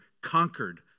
conquered